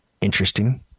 Interesting